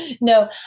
no